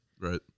right